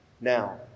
now